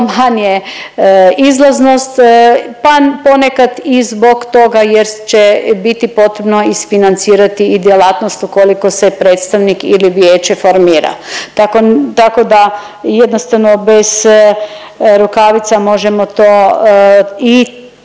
manje izlaznost, pa ponekad i zbog toga jer će biti potrebno isfinancirati i djelatnost ukoliko se predstavnik ili vijeće formira. Tako da jednostavno bez rukavica možemo to i